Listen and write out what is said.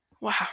wow